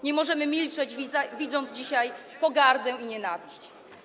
Nie możemy milczeć, widząc dzisiaj pogardę i nienawiść.